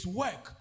work